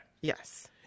Yes